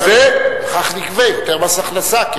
כך נגבה יותר מס הכנסה.